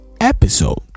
episode